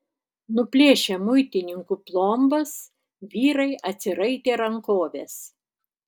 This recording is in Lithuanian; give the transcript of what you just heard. nuplėšę muitininkų plombas vyrai atsiraitė rankoves